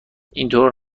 اینطور